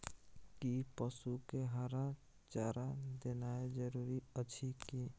कि पसु के हरा चारा देनाय जरूरी अछि की?